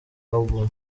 album